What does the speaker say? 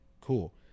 cool